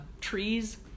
trees